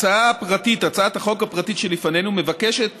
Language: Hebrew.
הצעת החוק הפרטית שלפנינו מבקשת